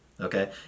Okay